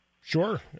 Sure